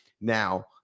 now